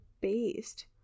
based